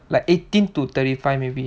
like eighteen to twenty five maybe